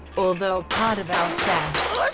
although a part of alsace,